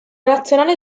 nazionale